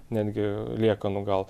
netgi liekanų gal